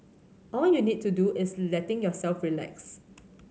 all you need to do is letting yourself relax